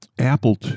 Apple